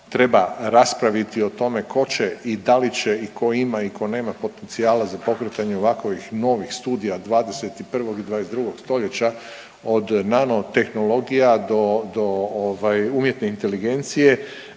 treba raspraviti o tome tko će i da li će i tko ima i tko nema potencijala za pokretanje ovakovih novih studija 21. i 22. stoljeća od nano tehnologija do, do ovaj umjetne inteligencije,